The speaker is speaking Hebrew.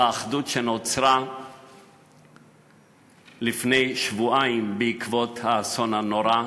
באחדות שנוצרה לפני שבועיים בעקבות האסון הנורא,